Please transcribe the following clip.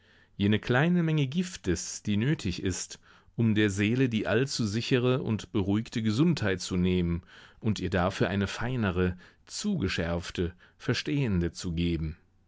jene kleine menge giftes die nötig ist um der seele die allzu sichere und beruhigte gesundheit zu nehmen und ihr dafür eine feinere zugeschärfte verstehende zu geben